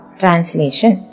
translation